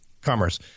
Commerce